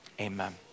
amen